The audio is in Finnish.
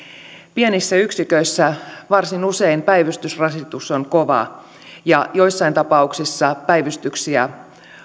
pienissä yksiköissä varsin usein päivystysrasitus on kova ja joissain tapauksissa päivystyksiä